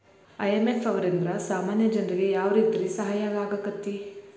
IMF ದವ್ರಿಂದಾ ಸಾಮಾನ್ಯ ಜನ್ರಿಗೆ ಯಾವ್ರೇತಿ ಸಹಾಯಾಕ್ಕತಿ?